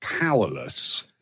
powerless